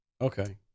Okay